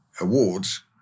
awards